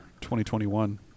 2021